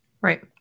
Right